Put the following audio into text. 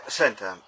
senta